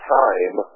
time